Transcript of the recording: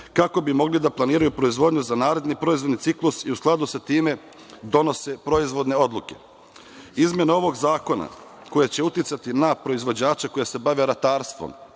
kako bi mogli da planiraju proizvodnju za naredni proizvodni ciklus i u skladu sa time donose proizvodne odluke. Izmene ovog zakona koje će uticati na proizvođače koji se bave ratarstvom,